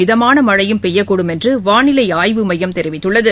மிதமானமழையும் பெய்யக்கூடும் என்றுவானிலைஆய்வு மையம் தெரிவித்துள்ளது